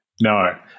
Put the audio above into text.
No